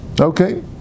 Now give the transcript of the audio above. Okay